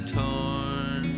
torn